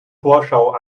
vorschau